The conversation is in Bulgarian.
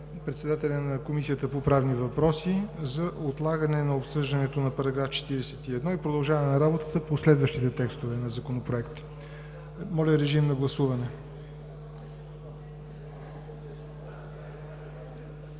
председателя на Комисията по правни въпроси за отлагане на обсъждането на § 41 и продължаваме работата по следващите текстове на Законопроекта. Гласували